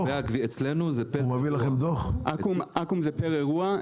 באקו"ם זה פר אירוע.